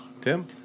Tim